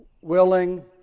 willing